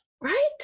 right